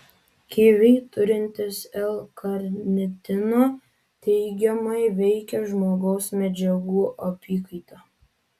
kiviai turintys l karnitino teigiamai veikia žmogaus medžiagų apykaitą